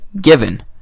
given